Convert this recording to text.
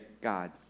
God